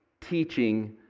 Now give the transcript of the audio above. teaching